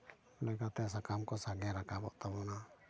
ᱞᱮᱠᱟᱛᱮ ᱥᱟᱠᱟᱢ ᱠᱚ ᱥᱟᱜᱮᱱ ᱨᱟᱠᱟᱵᱚᱜ ᱛᱟᱵᱚᱱᱟ